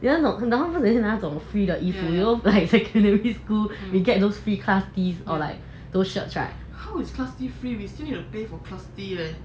你懂他每次那种 free 的衣服 you know like secondary school we get those free class tees or like those shirts right